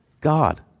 God